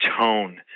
tone